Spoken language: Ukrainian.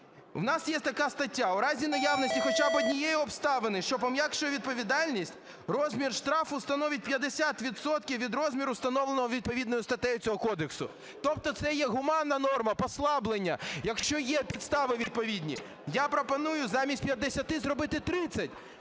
У нас є така стаття: "В разі наявності хоча б однієї обставини, що пом'якшує відповідальність, розмір штрафу становить 50 відсотків від розміру, встановленого відповідною статтею цього кодексу". Тобто це є гуманна норма, послаблення, якщо є підстави відповідні. Я пропоную замість 50 зробити 30,